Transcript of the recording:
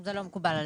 זה לא מקובל עלינו.